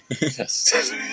Yes